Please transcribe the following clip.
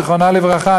זיכרונה לברכה,